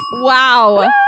Wow